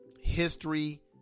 history